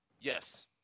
Yes